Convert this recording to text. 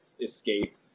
escape